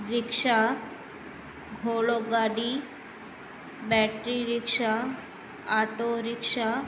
rickshaw घोड़ो गाॾी battery rickshaw auto rickshaw